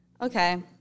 Okay